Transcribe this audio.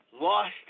lost